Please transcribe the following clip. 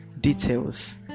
details